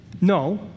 No